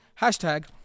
hashtag